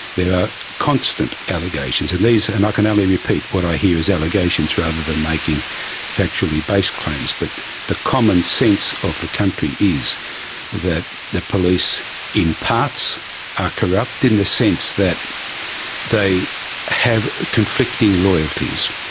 there are constant allegations, and i so and can only repeat what i hear as allegations rather than making factually based claims. but the common sense of the country is that the police in parts are corrupt in the sense that they have conflicting loyalties.